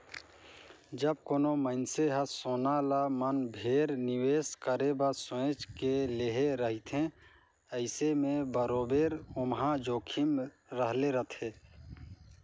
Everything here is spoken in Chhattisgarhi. जब कोनो मइनसे हर सोना ल मन भेर निवेस करे बर सोंएच के लेहे रहथे अइसे में बरोबेर ओम्हां जोखिम रहले रहथे